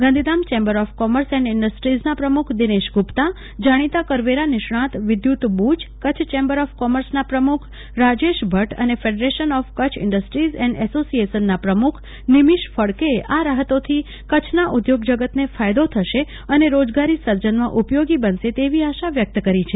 Gandhidham chamber of commerce and ઇન્ડસ્ટીઝનાં પ્રમુખ દિનેશ ગુપ્તા જાણીતા કરવેરા નિષ્ણાત વિદ્યત બુચ કચ્છ ચેમ્બર ઓફ કોમર્સનાં પ્રમુખ રાજેશ ભદ્દ અને federation of Kutch industries and એસોસિએશનનાં પ્રમુખ નિમિશ ફડકે એ આ રાહતો થી કરછના ઉદ્યોગ જગતને ફાયદો થશે અને રોજગારી સર્જનમાં ઉપયોગી બનશે તેવી આશા વ્યક્ત કરી છે